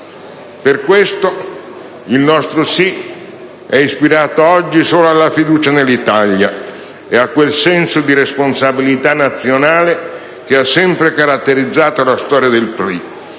Per questo il nostro sì è ispirato oggi solo alla fiducia nell'Italia e a quel senso di responsabilità nazionale che ha sempre caratterizzato la storia del PRI,